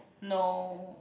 no